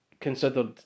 considered